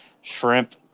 shrimp